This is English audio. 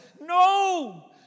No